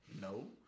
No